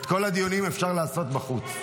את כל הדיונים אפשר לעשות בחוץ.